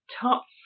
top